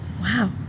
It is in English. Wow